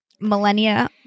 Millennia